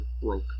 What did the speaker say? broke